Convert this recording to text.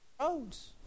roads